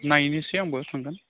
नायनोसै आंबो थांगोन